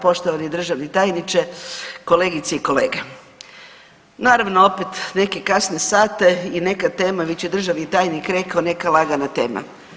Poštovani državni tajniče, kolegice i kolege, naravno opet u neke kasne sate i neka tema već je državni tajnik rekao neka lagana tema.